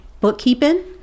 bookkeeping